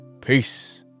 Peace